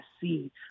see